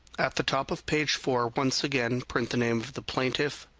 at the top of page four, once again, print the name of the plaintiff,